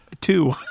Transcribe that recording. Two